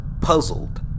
puzzled